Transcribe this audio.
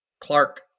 Clark